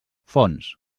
fons